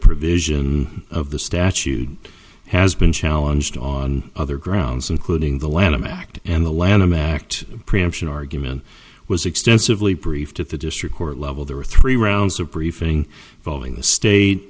provision of the statute has been challenged on other grounds including the lanham act and the lanham act preemption argument was extensively briefed at the district court level there were three rounds of briefing following the state